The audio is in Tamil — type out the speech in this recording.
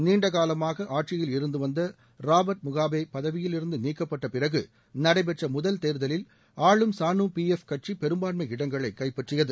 நீண்ட காலமாக ஆட்சியில் இருந்துவந்த ராபா்ட் முகாபே பதவியிலிருந்து நீக்கப்பட்ட பிறகு நடைபெற்ற முதல் தேர்தலில் ஆளும் ஸானு பிஎஃப் கட்சி பெரும்பான்மை இடங்களை கைப்பற்றியது